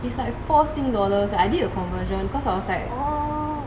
is like four sing dollars I did a conversion cause I was like